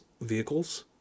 vehicles